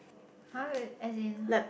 !huh! re~ as in